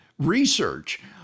research